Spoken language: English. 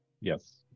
Yes